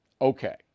Okay